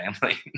family